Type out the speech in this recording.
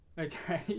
okay